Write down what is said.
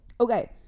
Okay